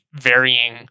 varying